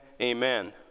amen